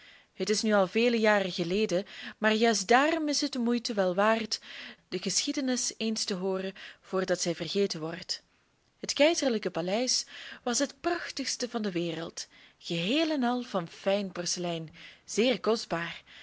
het is nu al vele jaren geleden maar juist daarom is het de moeite wel waard de geschiedenis eens te hooren voordat zij vergeten wordt het keizerlijk paleis was het prachtigste van de wereld geheel en al van fijn porselein zeer kostbaar